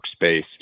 Workspace